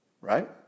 right